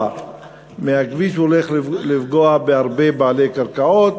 לכביש והולך לפגוע בהרבה בעלי קרקעות.